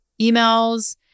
emails